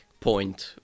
point